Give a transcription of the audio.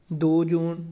ਦੋ ਜੂਨ